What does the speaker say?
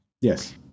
Yes